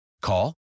Call